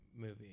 movie